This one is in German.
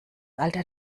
alter